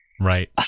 Right